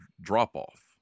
drop-off